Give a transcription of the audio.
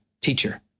teacher